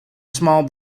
small